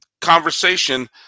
conversation